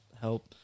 help